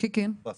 אז